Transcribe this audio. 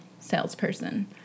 salesperson